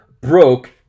broke